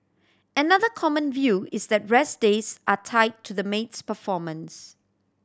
another common view is that rest days are tie to the maid's performance